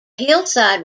hillside